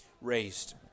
raised